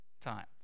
time